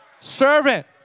servant